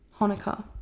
hanukkah